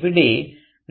ഇവിടെ